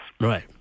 Right